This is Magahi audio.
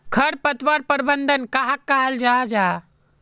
खरपतवार प्रबंधन कहाक कहाल जाहा जाहा?